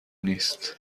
نیست